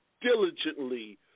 diligently